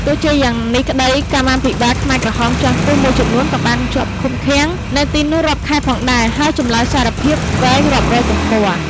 ទោះជាយ៉ាងនេះក្តី កម្មាភិបាលខ្មែរក្រហមជាន់ខ្ពស់មួយចំនួនក៏បានជាប់ឃុំឃាំងនៅទីនោះរាប់ខែផងដែរ ហើយចម្លើយសារភាពវែងរាប់រយទំព័រ ។